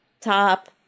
Top